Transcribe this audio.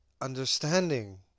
understanding